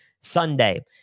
Sunday